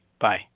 Bye